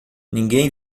ninguém